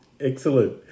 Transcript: excellent